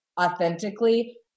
authentically